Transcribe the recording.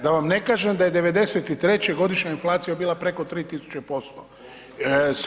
Da vam ne kažem da je '93. godišnja inflacija bila preko 3 000%